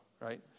right